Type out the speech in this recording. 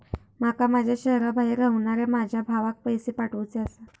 माका माझ्या शहराबाहेर रव्हनाऱ्या माझ्या भावाक पैसे पाठवुचे आसा